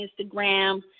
Instagram